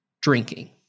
drinking